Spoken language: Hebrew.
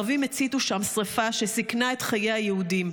ערבים הציתו שם שרפה שסיכנה את חיי היהודים.